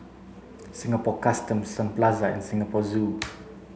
Singapore Customs Sun Plaza and Singapore Zoo